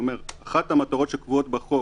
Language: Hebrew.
אחת המטרות שקבועות בחוק